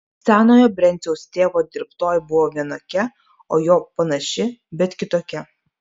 senojo brenciaus tėvo dirbtoji buvo vienokia o jo panaši bet kitokia